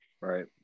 right